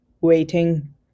waiting